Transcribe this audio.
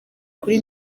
kuri